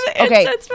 okay